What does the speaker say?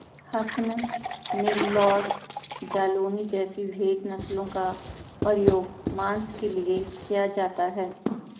हसन, नेल्लौर, जालौनी जैसी भेद नस्लों का प्रयोग मांस के लिए किया जाता है